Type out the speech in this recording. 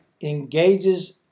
engages